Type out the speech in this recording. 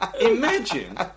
Imagine